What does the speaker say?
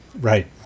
Right